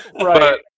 Right